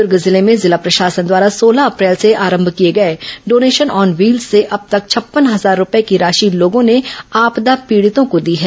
दूर्ग जिले में जिला प्रशासन द्वारा सोलह अप्रैल से प्रारंभ किए गए डोनेशन ऑन व्हील्स से अब तक छप्पन हजार रूपए की राशि लोगों ने आपदा पीडितों को दी है